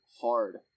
hard